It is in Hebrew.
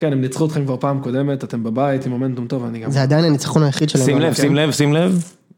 כן, הם ניצחו אתכם כבר פעם קודמת, אתם בבית, עם מומנטום טוב ואני גם בבית. זה עדיין הניצחון היחיד שלו. שים לב, שים לב, שים לב.